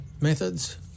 methods